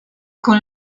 con